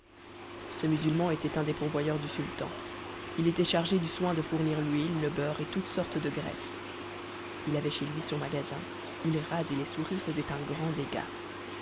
ce musulman était un des pourvoyeurs du sultan il était chargé du soin de fournir l'huile le beurre et toute sorte de graisses il avait chez lui son magasin où les rats et les souris faisaient un grand dégât